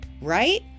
right